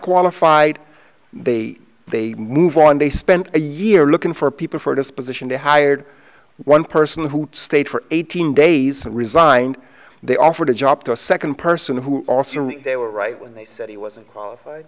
qualified they they move on they spent a year looking for people for this position to hired one person who stayed for eighteen days and resigned they offered a job to a second person who they were right when they said he wasn't qualified